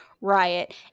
Riot